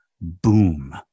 boom